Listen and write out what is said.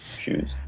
shoes